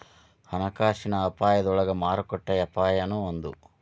ಹಣಕಾಸಿನ ಅಪಾಯದೊಳಗ ಮಾರುಕಟ್ಟೆ ಅಪಾಯನೂ ಒಂದ್